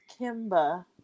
Kimba